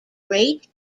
great